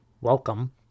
Welcome